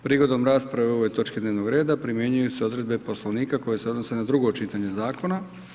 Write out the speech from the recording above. Prigodom rasprave o ovoj točki dnevnog reda primjenjuju se odredbe Poslovnika koje se odnose na drugo čitanje zakona.